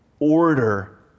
Order